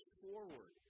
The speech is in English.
forward